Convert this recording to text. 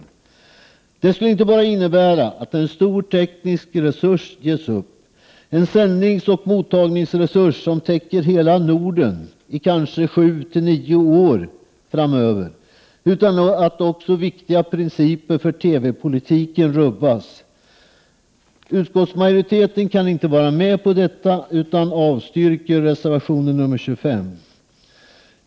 Detta skulle inte bara innebära att en stor teknisk resurs ges upp, en sändningsoch mottagningsresurs som täcker hela Norden i kanske 7-9 år framöver, utan också att viktiga principer för TV-politiken rubbas. Majoriteten kan inte vara med på detta utan avstyrker reservation nr 25.